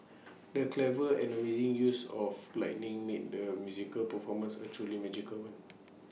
the clever and amazing use of lighting made the musical performance A truly magical one